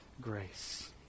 grace